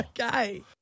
Okay